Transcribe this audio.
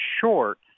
short